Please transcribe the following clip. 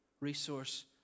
resource